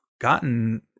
gotten